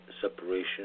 separation